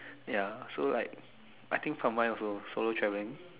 ya so like I think for mine also solo traveling